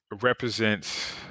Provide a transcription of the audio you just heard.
represents